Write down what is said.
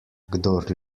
kdor